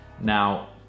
now